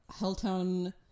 Helltown